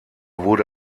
wurde